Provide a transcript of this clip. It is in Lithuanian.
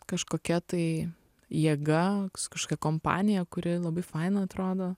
kažkokia tai jėga kažkokia kompanija kuri labai fainai atrodo